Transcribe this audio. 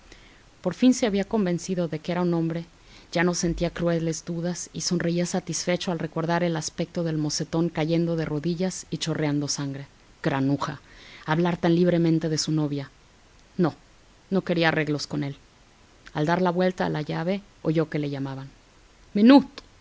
por fin se había convencido de que era un hombre ya no sentía crueles dudas y sonreía satisfecho al recordar el aspecto del mocetón cayendo de rodillas y chorreando sangre granuja hablar tan libremente de su novia no no quería arreglos con él al dar la vuelta a la llave oyó que le llamaban